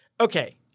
Okay